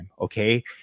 okay